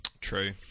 True